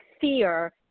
fear